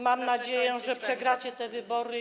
Mam nadzieję, że przegracie te wybory.